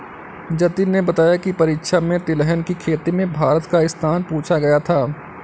जतिन ने बताया की परीक्षा में तिलहन की खेती में भारत का स्थान पूछा गया था